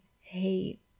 hate